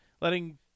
letting